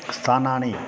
स्थानानि